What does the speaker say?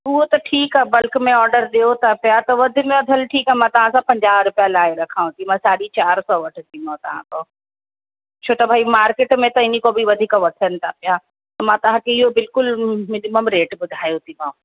हूअ त ठीकु आहे बल्क में ऑडर ॾियो था पिया त वध में वधि हल ठीकु आहे मां तव्हां सां पंजाह रुपिया लाइ रखांव थी बाक़ी मां साढी चारि सौ वठंदीमाव तव्हां खां छो त भई मार्केट में त इन खां बि वधीक वठनि था पिया त मां तव्हांखे इहो बिल्कुलु मिनिमम रेट ॿुधायो थी माव